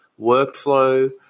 workflow